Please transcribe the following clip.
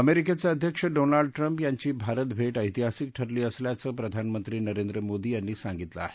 अमेरिकेचे अध्यक्ष Donald Trump यांची भारत भेट ऐतिहासिक ठरली असल्याचं प्रधानमंत्री नरेंद्र मोदी यांनी सांगितलं आहे